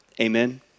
Amen